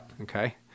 okay